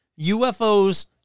UFOs